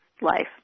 life